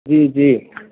जी जी